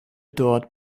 dort